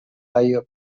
ohio